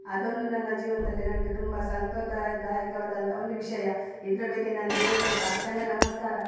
ಅದೊಂದು ನನ್ನ ಜೀವನದಲ್ಲಿ ನನಗೆ ತುಂಬ ಸಂತೋಷದಾಯಕವಾದಂಥ ಒಂದು ವಿಷಯ ಇದರ ಬಗ್ಗೆ ನಾನು ದೇವರಿಗೆ ಸಾಷ್ಟಾಂಗ ನಮಸ್ಕಾರ